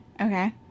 Okay